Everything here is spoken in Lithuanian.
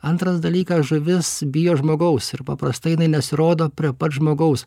antras dalykas žuvis bijo žmogaus ir paprastai jinai nesirodo prie pat žmogaus